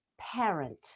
parent